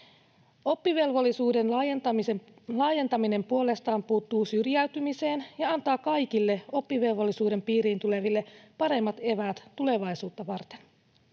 Oppivelvollisuuden laajentaminen puolestaan puuttuu syrjäytymiseen ja antaa kaikille oppivelvollisuuden piiriin tuleville paremmat eväät tulevaisuutta varten.